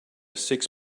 six